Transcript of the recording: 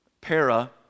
para